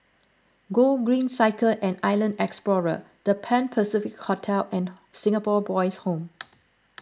Gogreen Cycle and Island Explorer the Pan Pacific Hotel and Singapore Boys' Home